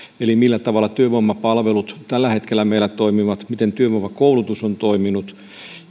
eli sitä millä tavalla työvoimapalvelut tällä hetkellä meillä toimivat miten työvoimakoulutus on toiminut